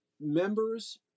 members